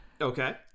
okay